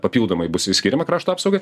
papildomai bus skiriama krašto apsaugai